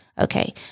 Okay